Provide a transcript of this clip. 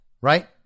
right